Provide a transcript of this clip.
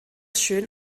schön